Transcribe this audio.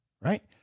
right